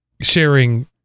sharing